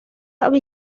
habe